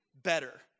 better